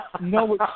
no